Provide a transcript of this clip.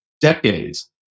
decades